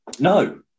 no